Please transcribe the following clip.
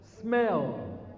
smell